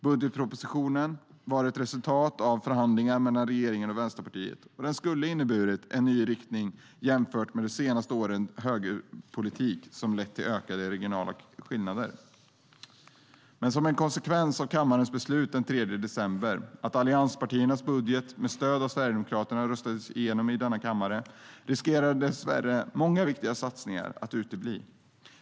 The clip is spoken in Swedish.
Budgetpropositionen var ett resultat av förhandlingar mellan regeringen och Vänsterpartiet, och den skulle ha inneburit en ny riktning jämfört med de senaste årens högerpolitik som har lett till ökade regionala skillnader. Som en konsekvens av kammarens beslut den 3 december då allianspartiernas budget, med stöd av Sverigedemokraterna, röstades igenom i denna kammare riskerar dessvärre många viktiga satsningar nu att utebli.